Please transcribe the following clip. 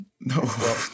No